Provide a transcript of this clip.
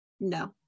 no